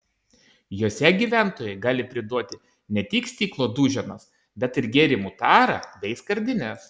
juose gyventojai gali priduoti ne tik stiklo duženas bet ir gėrimų tarą bei skardines